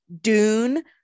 Dune